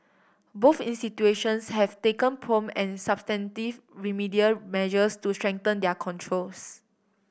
both institutions have taken prompt and substantive remedial measures to strengthen their controls